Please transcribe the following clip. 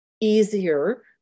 easier